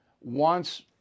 wants